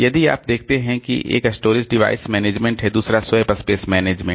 यदि आप देखते हैं कि एक स्टोरेज डिवाइस मैनेजमेंट है दूसरा है स्वैप स्पेस मैनेजमेंट